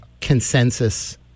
consensus